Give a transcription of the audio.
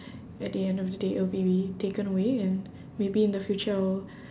at the end of the day it will be be taken away and maybe in the future I'll